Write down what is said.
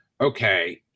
okay